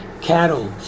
cattle